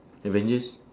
avengers